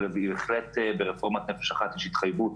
אבל בהחלט ברפורמת "נפש אחת" יש התחייבות